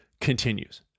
continues